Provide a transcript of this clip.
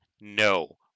no